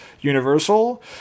universal